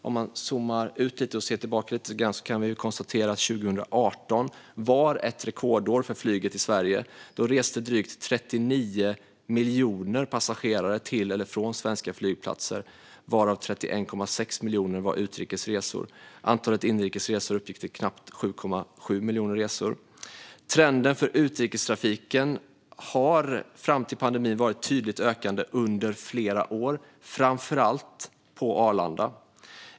Om man zoomar ut och ser tillbaka lite grann kan man konstatera att 2018 var ett rekordår för flyget i Sverige. Då reste drygt 39 miljoner passagerare till eller från svenska flygplatser; av dessa resor var 31,6 miljoner utrikesresor. Antalet inrikesresor uppgick till knappt 7,7 miljoner. Trenden för utrikestrafiken hade fram till pandemin varit tydligt ökande under flera år, framför allt på Arlanda.